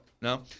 No